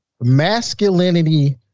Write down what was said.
masculinity